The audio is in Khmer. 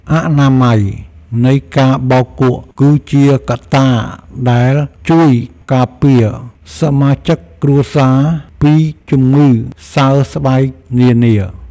អនាម័យនៃការបោកគក់ គឺជាកត្តាដែលជួយការពារសមាជិកគ្រួសារពីជំងឺសើស្បែកនានា។